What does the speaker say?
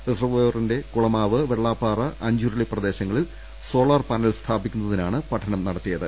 റിസർവോയറിന്റെ കുളമാവ് വെള്ളാപ്പാറ അഞ്ചുരുളി പ്രദേശങ്ങളിൽ solar panel സ്ഥാ പിക്കുന്നതിനാണ് പഠനം നടത്തിയത്